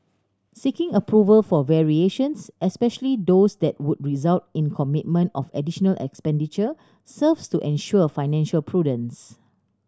seeking approval for variations especially those that would result in commitment of additional expenditure serves to ensure financial prudence